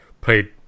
played